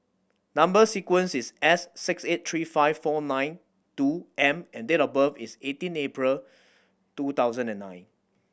number sequence is S six eight three five four nine two M and date of birth is eighteen April two thousand and nine